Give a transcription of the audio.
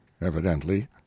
evidently